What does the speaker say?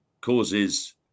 causes